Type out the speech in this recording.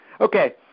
Okay